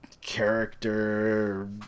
character